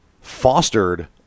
fostered